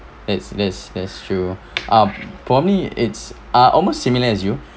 that's that's that's true ah for me it's uh almost similar as you